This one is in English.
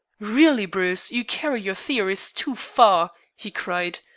really, bruce, you carry your theories too far, he cried.